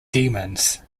demons